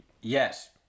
Yes